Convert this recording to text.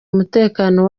umutekano